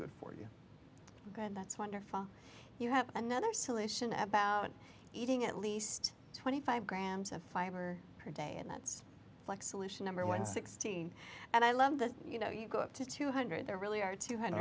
good for you and that's wonderful you have another solution about eating at least twenty five grams of fiber for day and that's flex alicia number one sixteen and i love that you know you go up to two hundred there really are two hundred